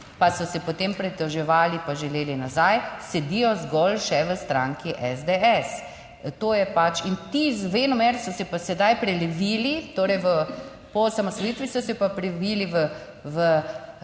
pa so se, potem pritoževali pa želeli nazaj, sedijo zgolj še v stranki SDS. In ti venomer so se pa sedaj prelevili. Torej, po osamosvojitvi so se pa previli v